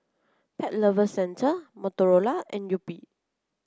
Pet Lover Centre Motorola and Yupi